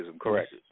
correct